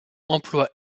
emploie